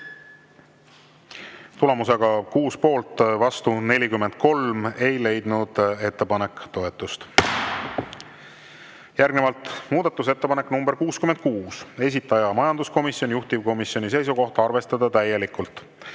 Tulemusega 6 poolt, vastu 43, ei leidnud ettepanek toetust. Järgnevalt muudatusettepanek nr 66, esitaja majanduskomisjon, juhtivkomisjoni seisukoht on arvestada täielikult.